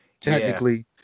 Technically